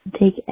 Take